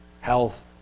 Health